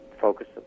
focus